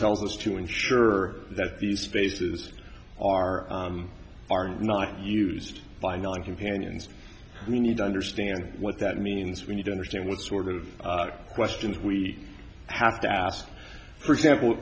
tells us to ensure that these spaces are armed not used by non companions we need to understand what that means we need to understand what sort of questions we have to ask for example